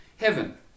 heaven